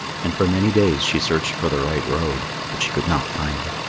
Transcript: and for many days she searched for the right road, but she could not find it.